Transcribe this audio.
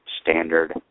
Standard